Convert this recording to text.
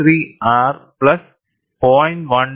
33 R plus 0